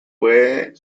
puede